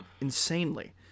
insanely